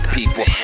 people